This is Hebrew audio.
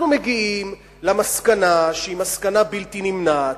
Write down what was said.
אנחנו מגיעים למסקנה, שהיא מסקנה בלתי נמנעת.